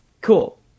Cool